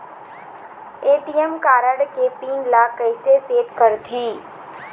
ATM card के PIN ला कैसे सेट करथे?